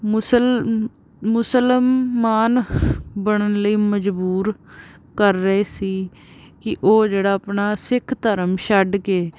ਮੁਸਲ ਮੁਸਲਮਾਨ ਬਣਨ ਲਈ ਮਜਬੂਰ ਕਰ ਰਹੇ ਸੀ ਕਿ ਉਹ ਜਿਹੜਾ ਆਪਣਾ ਸਿੱਖ ਧਰਮ ਛੱਡ ਕੇ